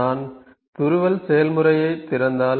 நான் துருவல் செயல்முறையைத் திறந்தால்